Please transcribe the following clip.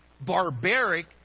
barbaric